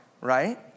right